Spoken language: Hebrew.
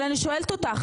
אבל אני שואלת אותך,